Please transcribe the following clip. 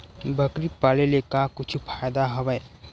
बकरी पाले ले का कुछु फ़ायदा हवय?